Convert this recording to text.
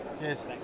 Cheers